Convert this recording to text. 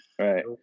Right